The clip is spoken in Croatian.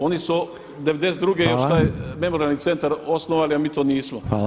Oni su '92 [[Upadica Reiner: Hvala.]] što je memorijalni centar osnovali, a mi to nismo.